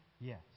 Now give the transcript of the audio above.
Yes